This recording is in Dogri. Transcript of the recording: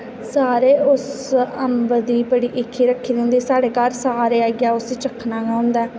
सारें उस अम्ब दी बड़ी इक्खी रक्खी दी होंदी साढ़े घर सारें आइयै उस्सी चक्खना गै होंदा